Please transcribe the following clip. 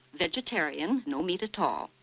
vegetarian, no meat at all,